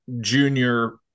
junior